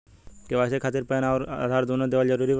KYC खातिर PAN आउर आधार दुनों देवल जरूरी बा?